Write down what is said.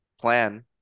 plan